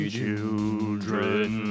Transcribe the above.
children